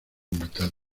invitado